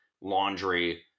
laundry